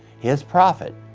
his prophet,